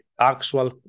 actual